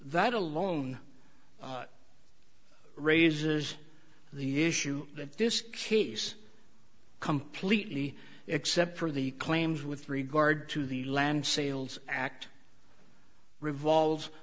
that alone raises the issue that this kid is completely except for the claims with regard to the land sales act revolves